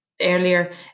earlier